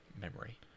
memory